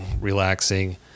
relaxing